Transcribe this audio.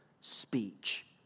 speech